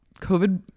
COVID